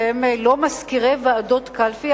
והם לא מזכירי ועדות קלפי,